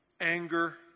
anger